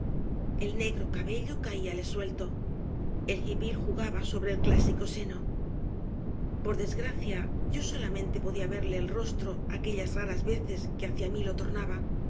el negro cabello caíale suelto el hipil jugaba sobre el clásico seno por desgracia yo solamente podía verla el rostro aquellas raras veces que hacia mí lo tornaba